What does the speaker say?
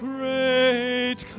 Great